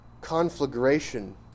conflagration